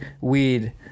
weed